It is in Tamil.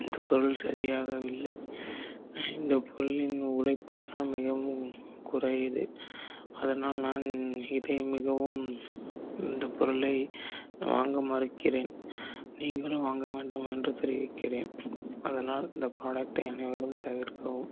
இதுபோல் சரியாகவில்லை இந்த பொருளின் உழைப்பு இப்போ காலம் மிகவும் குறையுது அதனால் நான் இதை மிகவும் இந்த பொருளை வாங்க மறுக்கிறேன் நீங்களும் வாங்க வேண்டாம் என்று தெரிவிக்கிறேன் அதனால் இந்த ப்ராடக்ட்டை அனைவரும் தவிர்க்கவும்